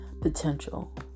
potential